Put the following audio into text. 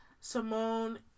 Simone